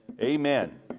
Amen